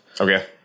Okay